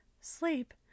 sleep